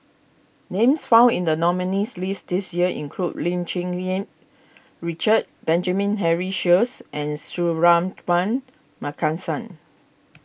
names found in the nominees' list this year include Lim Cherng Yih Richard Benjamin Henry Sheares and Suratman Markasan